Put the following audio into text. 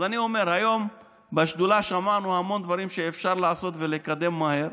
אז אני אומר: היום בשדולה שמענו המון דברים שאפשר לעשות ולקדם מהר.